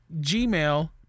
Gmail